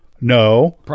no